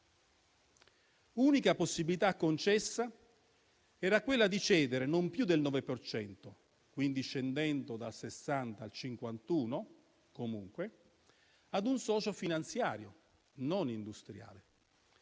Unica possibilità concessa era quella di cedere non più del 9 per cento, quindi scendendo dal 60 al 51, a un socio finanziario, non industriale,